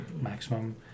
maximum